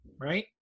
right